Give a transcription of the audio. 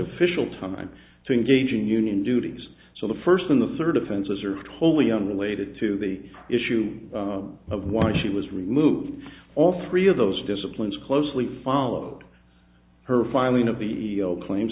official time to engage in union duties so the first in the third offenses are wholly unrelated to the issue of why she was removed all three of those disciplines closely followed her filing of the claims